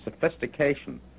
sophistication